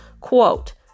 Quote